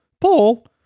Paul